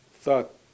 thought